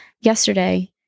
yesterday